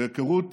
להכרות